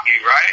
right